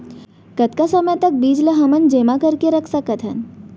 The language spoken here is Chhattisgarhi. कतका समय तक बीज ला हमन जेमा करके रख सकथन?